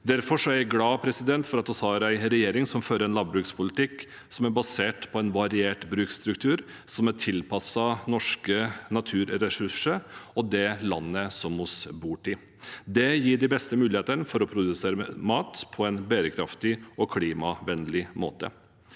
Derfor er jeg glad for at vi har en regjering som fører en landbrukspolitikk som er basert på en variert bruksstruktur, og som er tilpasset norske naturressurser og det landet vi bor i. Det gir de beste mulighetene for å produsere mat på en bærekraftig og klimavennlig måte.